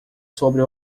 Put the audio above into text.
sobre